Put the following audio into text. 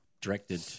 Directed